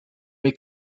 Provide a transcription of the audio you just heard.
may